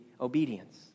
Obedience